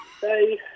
hey